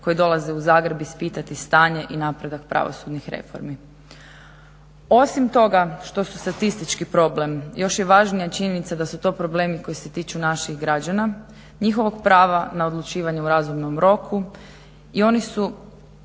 koji dolaze u Zagreb ispitati stanje i napredak pravosudnih reformi. Osim toga što su statistički problem još je važnija činjenica da su to problemi koji se tiču naših građana, njihovog prava na odlučivanje u razumnom roku i oni su